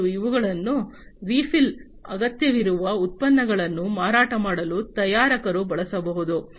ಮತ್ತು ಇವುಗಳನ್ನು ರಿಫಿಲ್ ಅಗತ್ಯವಿರುವ ಉತ್ಪನ್ನಗಳನ್ನು ಮಾರಾಟ ಮಾಡಲು ತಯಾರಕರು ಬಳಸಬಹುದು